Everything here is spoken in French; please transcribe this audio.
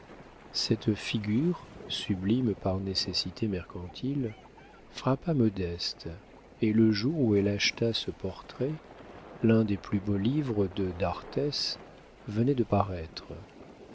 cette figure sublime par nécessité mercantile frappa modeste et le jour où elle acheta ce portrait l'un des plus beaux livres de d'arthès venait de paraître